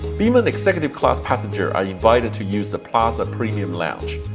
biman executive class passengers are invited to use the plaza premium lounge.